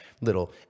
little